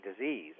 disease